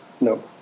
No